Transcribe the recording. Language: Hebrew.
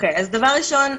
דבר ראשון,